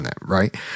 right